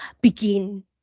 begin